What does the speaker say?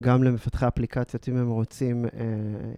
גם למפתחי אפליקציות, אם הם רוצים.